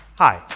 hi,